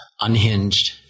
unhinged